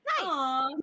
Nice